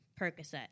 Percocet